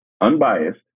unbiased